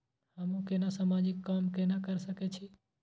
हमू केना समाजिक काम केना कर सके छी?